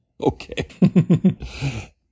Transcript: Okay